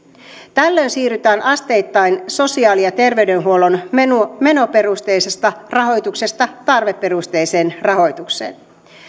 tällöin siirrytään asteittain sosiaali ja terveydenhuollon menoperusteisesta rahoituksesta tarveperusteiseen rahoitukseen